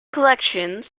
collections